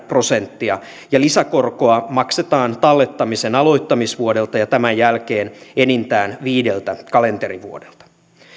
prosenttia lisäkorkoa maksetaan tallettamisen aloittamisvuodelta ja tämän jälkeen enintään viideltä kalenterivuodelta